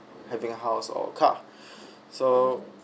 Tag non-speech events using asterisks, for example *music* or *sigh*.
having house or car *breath* so